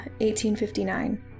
1859